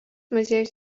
muziejus